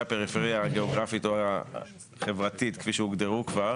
הפריפריה הגיאוגרפית או החברתית כפי שהוגדרו כבר